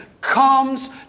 comes